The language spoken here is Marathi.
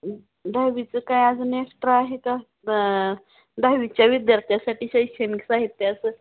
दहावीचं काय आज अजून एक्स्ट्रा आहे का दहावीच्या विद्यार्थ्यासाठी शैक्षणिक साहित्य असं